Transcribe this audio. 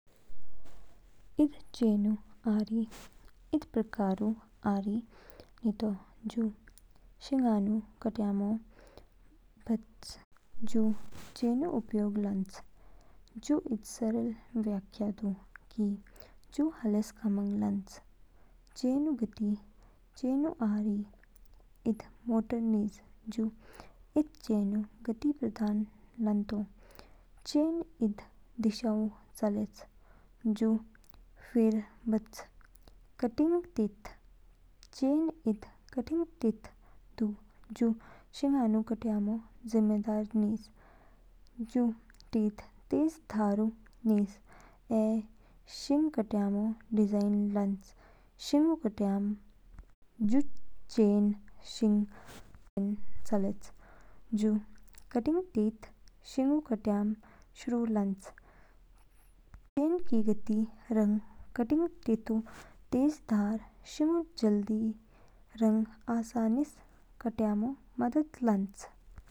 इद चेनऊआरी इद प्रकारऊ आरी नितो जू शिगानू कट्यामो कामंग बअच जू चेनऊ उपयोग लान्च। जू इद सरल व्याख्या दू कि जू हाला कामंग लान्च। चेनऊ गति चेनऊ आरी इद मोटर निज जू इद चेनऊ गति प्रदान लानतो। चेन इद दिशाओ चालेच जू फिर बअच। कटिंग टीथ चेन इद कटिंग टीथ दू जू शिगानू काट्यामो जिम्मेदार निज। जू टीथ तेज धारऊ निज ऐ शिंग काट्यामो डिजाइन लान्च। शिंगू कट्याम जू चेन शिंगू देन चालेच, जो कटिंग टीथ शिंगू कट्याम शुरू लान्च। चेन की गति रंग कटिंग टीथऊ तेज धार शिंगू जल्दी रंग आसानीस काट्यामो मदद लान्च।